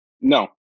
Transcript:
No